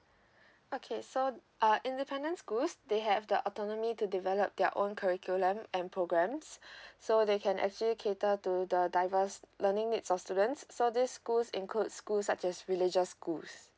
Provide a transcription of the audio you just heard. okay so uh independent schools they have the autonomy to develop their own curriculum and programs so they can actually cater to the diverse learning needs of students so this schools include school such as religious schools